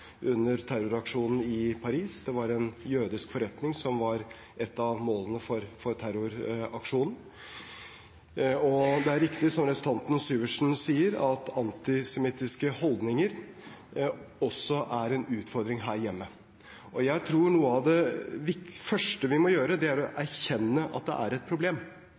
under terroraksjonen i Paris da en jødisk forretning var ett av målene for terroraksjonen. Det er riktig som representanten Syversen sier, at antisemittiske holdninger også er en utfordring her hjemme. Jeg tror noe av det første vi må gjøre, er å erkjenne at det er et problem,